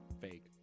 Fake